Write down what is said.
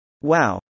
Wow